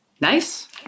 Nice